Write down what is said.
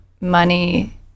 money